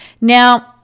Now